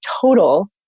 total